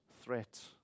threat